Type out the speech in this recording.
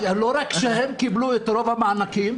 לא רק שהם קיבלו את רוב המענקים,